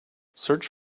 search